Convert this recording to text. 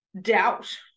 doubt